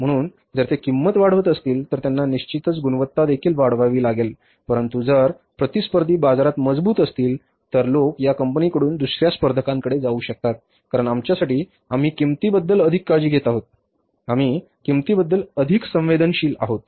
म्हणून जर ते किंमत वाढवत असतील तर त्यांना निश्चितच गुणवत्ता देखील वाढवावी लागेल परंतु जर प्रतिस्पर्धी बाजारात मजबूत असतील तर लोक या कंपनीकडून दुसर्या स्पर्धकांकडे जाऊ शकतात कारण आमच्यासाठी आम्ही किंमतीबद्दल अधिक काळजी घेत आहोत आम्ही किंमतीबद्दल अधिक संवेदनशील आहोत